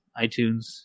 iTunes